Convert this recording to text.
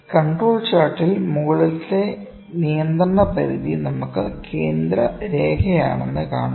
control ചാർട്ടിൽ മുകളിലെ നിയന്ത്രണ പരിധി നമുക്ക് കേന്ദ്ര രേഖയാണെന്ന് കാണാം